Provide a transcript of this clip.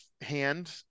hand